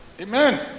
Amen